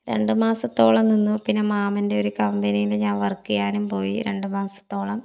രണ്ട് മാസത്തോളം നിന്നു പിന്നെ മാമൻ്റെ ഒരു കമ്പനിയിൽ ഞാൻ വർക്ക് ചെയ്യാനും പോയി രണ്ട് മാസത്തോളം